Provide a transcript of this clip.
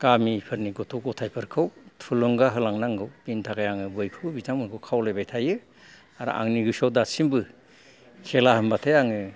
गामिफोरनि गथ' गथायफोरखौ थुलुंगा होलांनांगौ बेनि थाखाय आङो बयखौबो बिथांमोनखौ खावलायबाय थायो आरो आंनि गोसोयाव दासिमबो खेला होनबाथाय आङो